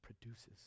produces